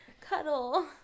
cuddle